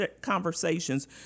conversations